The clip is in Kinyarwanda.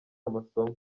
amasomo